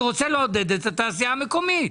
כי אני רוצה לעודד את התעשייה המקומית.